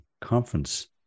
conference